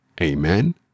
Amen